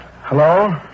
Hello